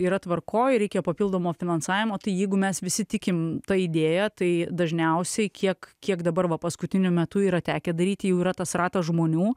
yra tvarkoj ir reikia papildomo finansavimo tai jeigu mes visi tikim ta idėja tai dažniausiai kiek kiek dabar va paskutiniu metu yra tekę daryti jau yra tas ratas žmonių